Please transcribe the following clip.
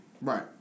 Right